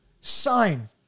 sign